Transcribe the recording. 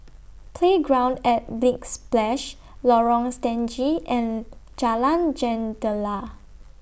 Playground At Big Splash Lorong Stangee and Jalan Jendela